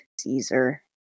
caesar